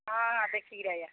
ହଁ ଦେଖିକରି ଆଇବା